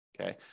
Okay